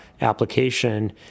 application